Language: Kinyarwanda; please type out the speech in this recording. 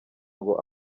ngo